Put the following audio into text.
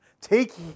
Take